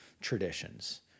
traditions